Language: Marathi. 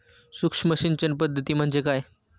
सूक्ष्म सिंचन पद्धती म्हणजे काय?